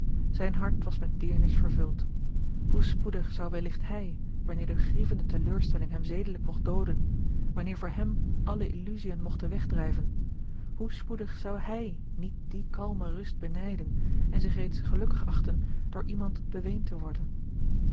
zijn hart was met deernis vervuld hoe spoedig zou welligt hij wanneer de grievende teleurstelling hem zedelijk mogt dooden wanneer voor hem alle illusiën mogten wegdrijven hoe spoedig zou hij niet die kalme rust benijden en zich reeds gelukkig achten door iemand beweend te worden